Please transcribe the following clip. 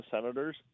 Senators